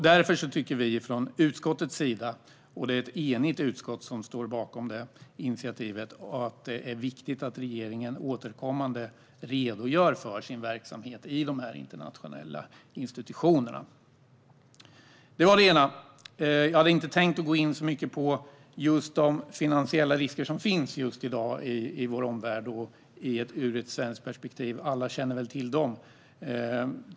Därför tycker vi från utskottets sida - och det är ett enigt utskott som står bakom initiativet - att det är viktigt att regeringen återkommande redogör för sin verksamhet i de här internationella institutionerna. Det var den ena frågan. Jag hade inte tänkt gå in så mycket på de finansiella risker som finns i dag i vår omvärld ur ett svenskt perspektiv. Alla känner väl till dem.